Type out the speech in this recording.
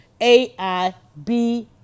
AIB